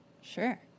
Sure